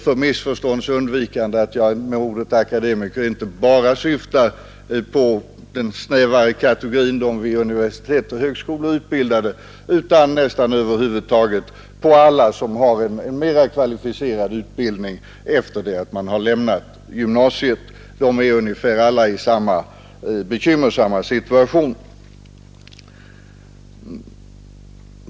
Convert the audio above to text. För missförstånds undvikande vill jag nämna att jag med ordet akademiker inte syftar på bara den snävare kategorin av universitetsoch högskoleutbildade utan avser alla som har en mera kvalificerad utbildning efter gymnasiet — de är alla i stort sett i samma bekymmersamma situation.